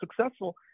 successful